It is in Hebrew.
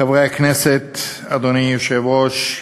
חברי הכנסת, אדוני היושב-ראש,